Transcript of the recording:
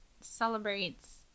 celebrates